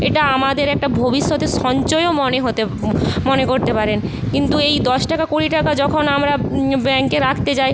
এটা আমাদের একটা ভবিষ্যতের সঞ্চয়ও মনে হতে মনে করতে পারেন কিন্তু এই দশ টাকা কুড়ি টাকা যখন আমরা ব্যাঙ্কে রাখতে যাই